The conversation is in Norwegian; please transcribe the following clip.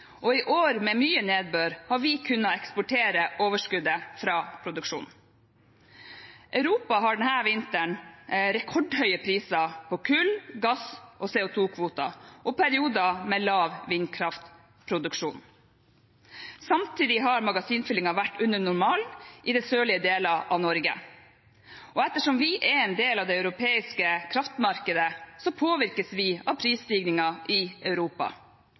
I år med mye nedbør har vi kunnet eksportere overskuddet fra produksjonen. Europa har denne vinteren rekordhøye priser på kull, gass og CO 2 -kvoter og perioder med lav vindkraftproduksjon. Samtidig har magasinfyllingen vært under normalen i de sørlige delene av Norge. Og ettersom vi er en del av det europeiske kraftmarkedet, påvirkes vi av prisstigningen i Europa.